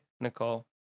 Nicole